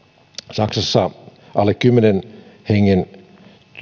saksassa alle kymmenen hengen